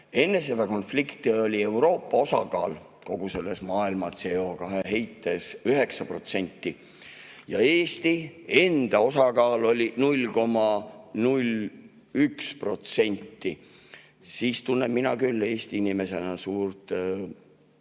Enne seda konflikti oli Euroopa osakaal kogu maailma CO2-heites 9% ja Eesti osakaal oli 0,01%. Mina tunnen Eesti inimesena suurt muret,